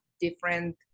different